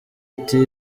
iti